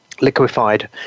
liquefied